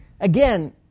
again